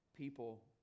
people